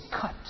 cut